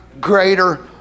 greater